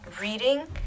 reading